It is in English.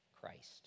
Christ